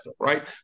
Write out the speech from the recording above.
Right